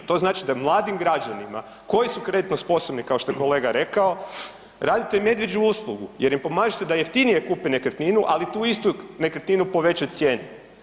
To znači da mladim građanima koji su kreditno sposobni, kao što je kolega rekao, radite medvjeđu uslugu jer pomažete da jeftinije kupe nekretninu, ali tu istu nekretninu po većoj cijeni.